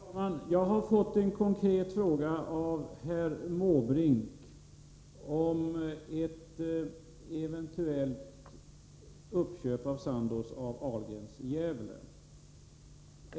Herr talman! Jag har fått en konkret fråga av herr Måbrink rörande Sandoz eventuella köp av Ahlgrens i Gävle.